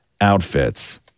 outfits